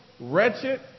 wretched